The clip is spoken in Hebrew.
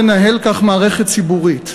איך אפשר לנהל כך מערכת ציבורית?